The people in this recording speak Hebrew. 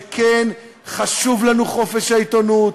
שכן חשוב לנו חופש העיתונות,